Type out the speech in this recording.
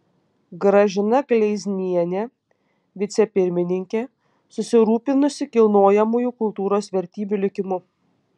gražina gleiznienė vicepirmininkė susirūpinusi kilnojamųjų kultūros vertybių likimu